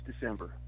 December